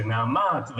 נעמ"ת,